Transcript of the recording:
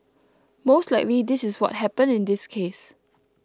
most likely this is what happened in this case